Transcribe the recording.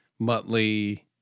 Muttley